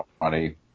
money